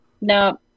No